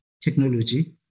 technology